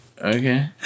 Okay